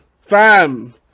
fam